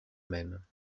même